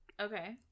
Okay